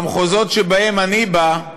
במחוזות שמהם אני בא,